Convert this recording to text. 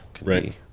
Right